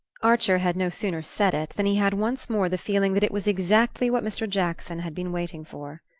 archer had no sooner said it than he had once more the feeling that it was exactly what mr. jackson had been waiting for.